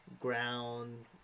ground